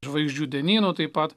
žvaigždžių dienynų taip pat